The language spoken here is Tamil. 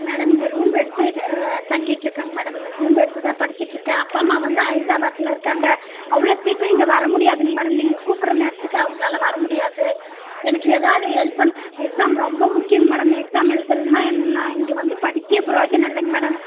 மேடம் இங்கே ரூம் எடுத்து தங்கிட்யிருக்கங்க மேடம் ரூம் எடுத்துதான் படிச்சிட்யிருக்கேன் அப்பாம்மா வந்து ஹைதராபாத்தில் இருக்காங்க அவ்வளோ சீக்கிரம் இங்கே வரமுடியாதுங்க மேடம் நீங்க கூப்பிடுற நேரத்துக்கு அவங்களால வரமுடியாது எனக்கு எதாவது ஹெல்ப் பண்ணுங்கள் எக்ஸாம் ரொம்ப முக்கியங்க மேடம் எக்ஸாம் எழுதலன்னா நான் இங்கே வந்து படிச்சே பிரயோஜனம் இல்லைங்க மேடம்